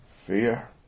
fear